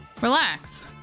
relax